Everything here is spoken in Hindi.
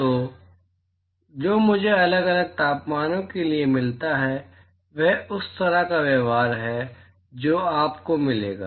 तो जो मुझे अलग अलग तापमानों के लिए मिलता है वह उस तरह का व्यवहार है जो आपको मिलेगा